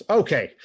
okay